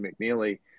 McNeely